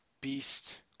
Beast